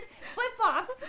flip-flops